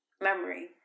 memory